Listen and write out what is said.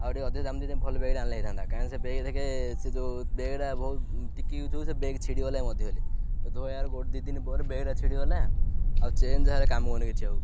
ଆଉ ଟିକିଏ ଅଧିକ ଦାମ୍ ଦେଇ ଭଲ୍ ବେଗ୍ଟା ଆଣିଥିଲେ ହୋଇଥାନ୍ତା କାହିଁକି ସେ ବେଗ୍ ଦେଖ୍ ସେ ଯେଉଁ ବେଗ୍ଟା ବହୁତ୍ ଟିକିଏ ୟୁଜ୍ ହଉ ହଉ ସେ ବେଗ୍ ଛିଡ଼ିଗଲା ହେଲେ ମଧ୍ୟ ସେ ଧୋଇବାର ଦୁଇ ଦିନ ପରେ ବେଗ୍ଟା ଛିଡ଼ିଗଲା ଆଉ ଚେନ୍ ଯାହା ହେଲେ କାମ କରୁନି କିଛି ଆଉ